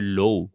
low